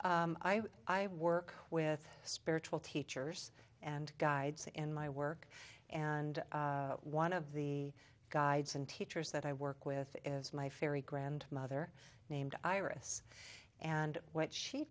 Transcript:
piece i work with spiritual teachers and guides in my work and one of the guides and teachers that i work with is my fairy grandmother named iris and what she